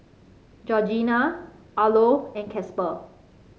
Georgina Arlo and Casper